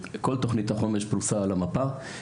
כל תוכנית החומש פרוסה על המפה.